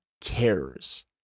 cares